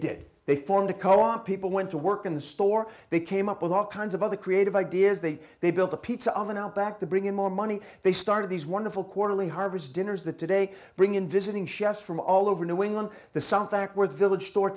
did they formed a co op people went to work in the store they came up with all kinds of other creative ideas they they built a pizza oven out back to bring in more money they started these wonderful quarterly harvest dinners that today bring in visiting chefs from all over new england the